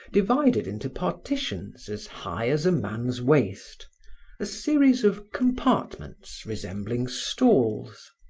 divided into partitions as high as a man's waist a series of compartments resembling stalls.